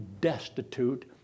destitute